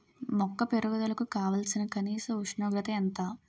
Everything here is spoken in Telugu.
మొక్క పెరుగుదలకు కావాల్సిన కనీస ఉష్ణోగ్రత ఎంత?